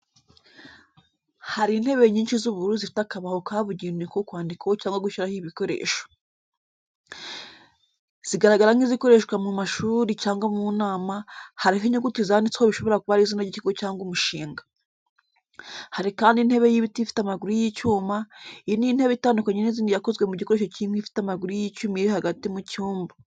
Hari intebe nyinshi z’ubururu zifite akabaho kabugenewe ko kwandikaho cyangwa gushyiraho ibikoresho. Zigaragara nk’izikoreshwa mu mashuri cyangwa mu nama, hariho inyuguti zanditseho bishobora kuba ari izina ry’ikigo cyangwa umushinga. Hari kandi intebe y’ibiti ifite amaguru y’icyuma, iyi ni intebe itandukanye n’izindi yakozwe mu gikoresho cy’inkwi ifite amaguru y’icyuma iri hagati mu cyumba.